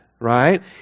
right